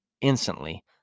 instantly